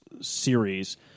series